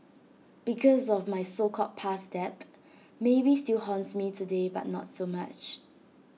because of my so called past debt maybe still haunts me today but not so much